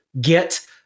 get